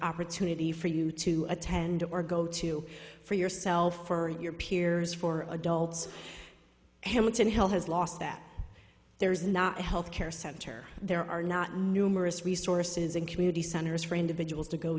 opportunity for you to attend or go to for yourself or your peers for adults him once and hell has lost that there is not a health care center there are not numerous resources and community centers for individuals to go